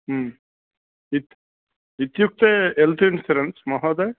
इत् इत्युक्ते health insurance महोदय